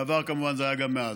בעבר זה היה כמובן גם מעזה.